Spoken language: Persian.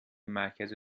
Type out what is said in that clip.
مرکز